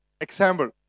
Example